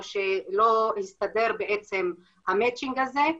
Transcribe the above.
או שלא הסתדר המצ'ינג הזה.